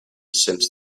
since